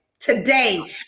Today